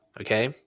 okay